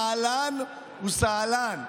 אהלן וסהלן,